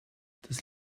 das